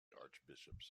archbishops